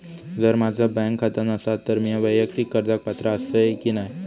जर माझा बँक खाता नसात तर मीया वैयक्तिक कर्जाक पात्र आसय की नाय?